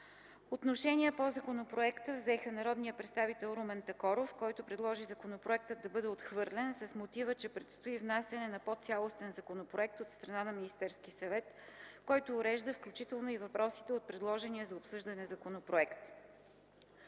Отношение по законопроекта взе народният представител Румен Такоров, който предложи законопроектът да бъде отхвърлен с мотива, че предстои внасяне на по-цялостен законопроект от страна на Министерския съвет, който урежда включително и въпросите от предложения за обсъждане законопроект.